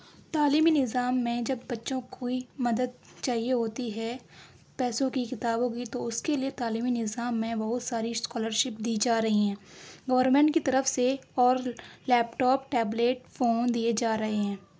تعلیمی نظام میں جب بچوں کوئی مدد چاہیے ہوتی ہے پیسوں کی کتابوں کی تو اس کے لیے تعلیمی نظام میں بہت ساری اسکالرشپ دی جا رہی ہیں گورنمنٹ کی طرف سے اور لیپ ٹاپ ٹیبلیٹ فون دیے جا رہے ہیں